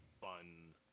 fun